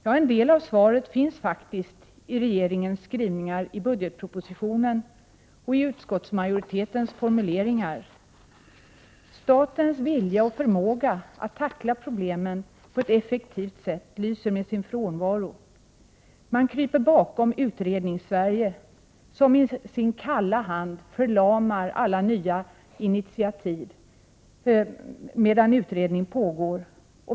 Ja, till en del finns faktiskt svaret i regeringens skrivningar i budgetpropositionen och i utskottsmajoritetens formuleringar. Statens vilja och förmåga att tackla problemen på ett effektivt sätt lyser med sin frånvaro. Man kryper bakom Utredningssverige, som lägger en kall förlamande hand över alla nya initiativ medan utredning pågår.